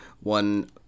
one